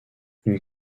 une